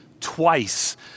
twice